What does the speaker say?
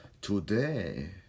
today